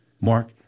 Mark